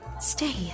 stay